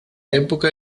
época